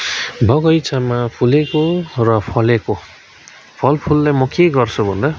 बगैँचामा फुलेको र फलेको फलफुलले म के गर्छु भन्दा